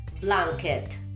blanket